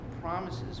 promises